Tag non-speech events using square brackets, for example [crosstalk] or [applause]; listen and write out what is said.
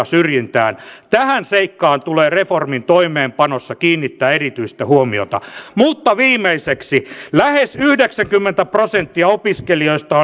[unintelligible] syrjintää tähän seikkaan tulee reformin toimeenpanossa kiinnittää erityistä huomiota mutta viimeiseksi lähes yhdeksänkymmentä prosenttia opiskelijoista [unintelligible]